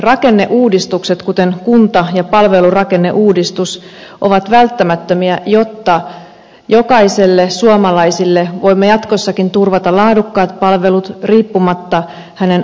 rakenneuudistukset kuten kunta ja palvelurakenneuudistus ovat välttämättömiä jotta jokaiselle suomalaiselle voimme jatkossakin turvata laadukkaat palvelut riippumatta hänen asuinpaikastaan